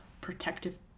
protective